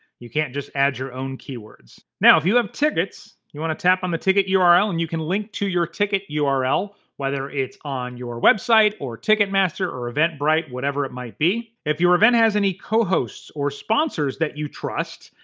you can't just add your own keywords. now if you have tickets, you wanna tap on the ticket url and you can link to your ticket url, whether it's on your website or ticketmaster or eventbrite, whatever it might be. if your event has any co-hosts or sponsors that you trust,